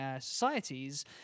societies